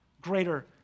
greater